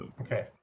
okay